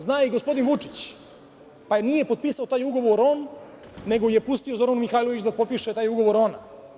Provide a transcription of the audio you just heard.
Zna i gospodin Vučić, pa nije potpisao taj ugovor on, nego je pustio Zoranu Mihajlović da potpiše taj ugovor ona.